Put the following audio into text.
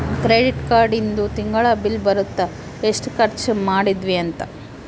credit card ಇಂದು ತಿಂಗಳ bill ಬರುತ್ತ ಎಸ್ಟ ಖರ್ಚ ಮದಿದ್ವಿ ಅಂತ